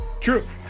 True